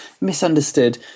misunderstood